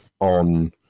on